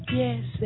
yes